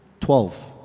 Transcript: Twelve